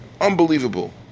Unbelievable